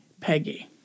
Peggy